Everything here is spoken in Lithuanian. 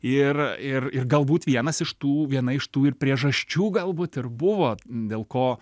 ir ir ir galbūt vienas iš tų viena iš tų ir priežasčių galbūt ir buvo dėl ko